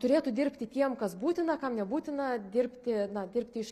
turėtų dirbti tiem kas būtina kam nebūtina dirbti na dirbti iš